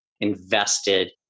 invested